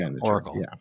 Oracle